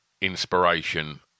inspiration